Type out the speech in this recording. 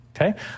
okay